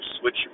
switch